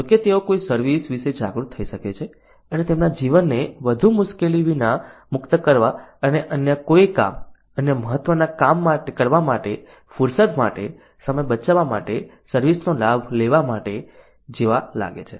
જો કે તેઓ કોઈ સર્વિસ વિશે જાગૃત થઈ શકે છે અને તેમના જીવનને વધુ મુશ્કેલી વિના મુક્ત કરવા અને અન્ય કોઈ કામ અન્ય મહત્વના કામ કરવા માટે ફુરસદ માટે સમય બચાવવા માટે સર્વિસ નો લાભ લેવા જેવા લાગે છે